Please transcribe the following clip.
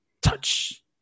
Touch